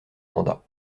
mandat